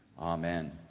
amen